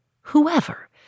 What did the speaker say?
Whoever